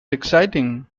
exciting